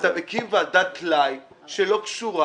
אתה מקים ועדת טלאי שלא קשורה.